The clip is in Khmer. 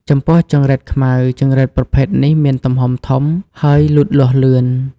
ចំពោះចង្រិតខ្មៅ ចង្រិតប្រភេទនេះមានទំហំធំ ហើយលូតលាស់លឿន។